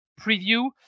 preview